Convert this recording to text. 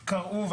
נכון.